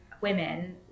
women